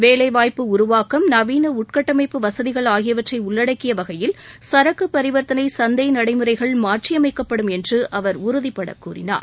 வேலைவாய்ப்பு உருவாக்கம் நவீன உள்கட்டமைப்பு வசதிகள் ஆகியவற்றை உள்ளடக்கிய வகையில் சரக்கு பரிவர்த்தனை சந்தை நடைமுறைகள் மாற்றியமைக்கப்படும் என்று அவர் உறுதிபட கூறினார்